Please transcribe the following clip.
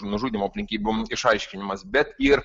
nužudymo aplinkybių išaiškinimas bet ir